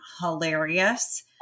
hilarious